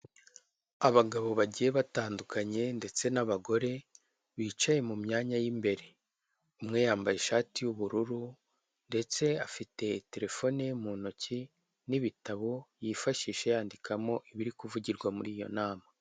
Abagabo bagiye batandukanye ndetse n'abagore bicaye mu myanya y'imbere. Umwe yambaye ishati y'ubururu ndetse afite terefone mu ntoki n'ibitabo y'ifashisha yandikamo ibirikuvugirwa muri iyo nama.